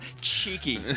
cheeky